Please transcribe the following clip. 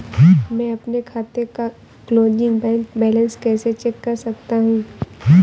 मैं अपने खाते का क्लोजिंग बैंक बैलेंस कैसे चेक कर सकता हूँ?